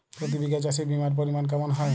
প্রতি বিঘা চাষে বিমার পরিমান কেমন হয়?